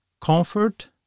Comfort